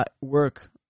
work